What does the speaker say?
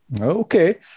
Okay